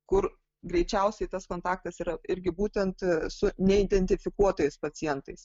kur greičiausiai tas kontaktas yra irgi būtent su neidentifikuotais pacientais